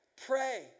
pray